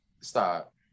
stop